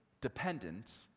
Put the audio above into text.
dependent